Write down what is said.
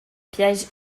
piège